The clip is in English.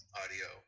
audio